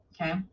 okay